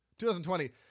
2020